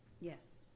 Yes